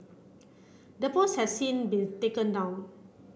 the post has since been taken down